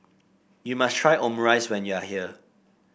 you must try Omurice when you are here